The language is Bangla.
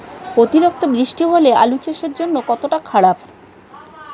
অতিরিক্ত বৃষ্টি হলে আলু চাষের জন্য কতটা খারাপ?